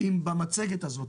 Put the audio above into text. אם במצגת הזאת,